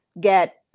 get